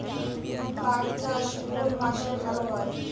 পাট চাষ কোন মাসে ভালো হয়?